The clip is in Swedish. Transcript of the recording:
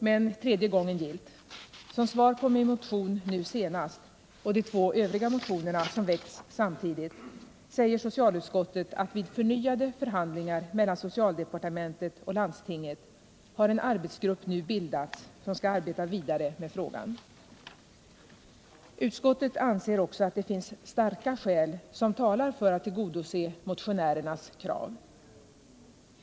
Men tredje gången gillt: med anledning av min motion till detta riksmöte och de två övriga motioner som väckts samtidigt säger socialutskottet, att vid förnyade förhandlingar mellan socialdepartementet och landstinget en arbetsgrupp nu bildats som skall arbeta vidare med frågan. Utskottet anser vidare att det finns starka skäl som talar för att tillgodose motionärernas krav.